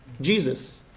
Jesus